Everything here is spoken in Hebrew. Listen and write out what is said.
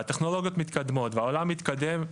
והטכנולוגיות מתקדמות והעולם מתקדם,